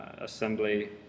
Assembly